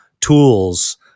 tools